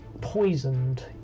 poisoned